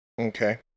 Okay